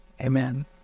Amen